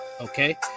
Okay